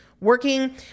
working